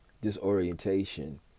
disorientation